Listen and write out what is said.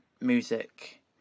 music